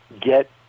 get